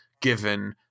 given